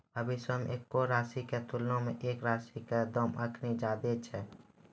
भविष्यो मे एक्के राशि के तुलना मे एक राशि के दाम अखनि ज्यादे छै